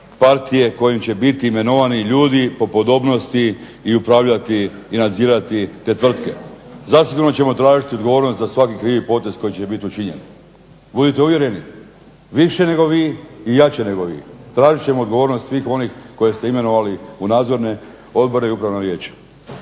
partije kojim će biti imenovani ljudi po podobnost i upravljat i nadzirati te tvrtke. Zasigurno ćemo tražiti odgovornost za svaki krivi potez koji će biti učinjen. Budite uvjereni, više nego vi i jače nego vi, tražiti ćemo odgovornost svih onih koje ste imenovali u nadzorne odbore i upravna vijeća.